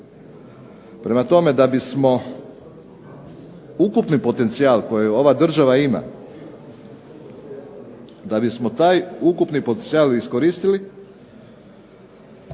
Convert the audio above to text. Prema tome, da bismo ukupni potencijal kojeg ova država ima, da bismo taj ukupni potencijal iskoristili